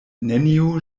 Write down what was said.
neniu